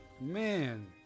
man